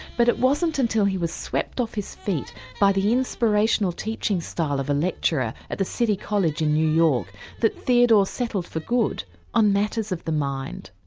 but it wasn't until he was swept off his feet by the inspirational teaching style of a lecturer at the city college in new york that theodore settled for good on matters of the mind.